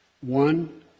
one